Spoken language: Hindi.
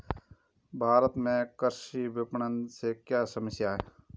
भारत में कृषि विपणन से क्या क्या समस्या हैं?